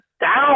down